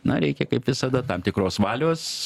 na reikia kaip visada tam tikros valios